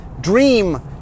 dream